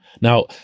Now